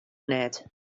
net